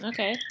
Okay